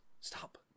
Stop